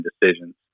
decisions